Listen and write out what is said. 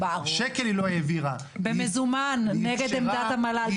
היא עברה בטרומית לפני חצי שנה.